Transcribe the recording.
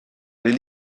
les